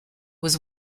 was